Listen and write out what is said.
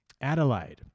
Adelaide